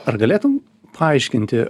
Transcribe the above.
ar galėtum paaiškinti